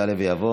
יעלה ויבוא